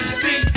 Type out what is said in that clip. see